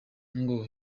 ngo